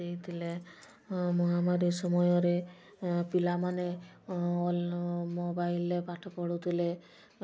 ଦେଇଥିଲେ ମହାମାରୀ ସମୟରେ ପିଲାମାନେ ଅଲ୍ ମୋବାଇଲ୍ରେ ପାଠ ପଢ଼ୁଥୁଲେ